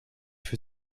für